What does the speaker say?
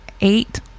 eight